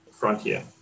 Frontier